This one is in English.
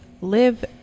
live